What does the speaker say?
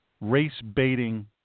race-baiting